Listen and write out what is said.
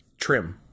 trim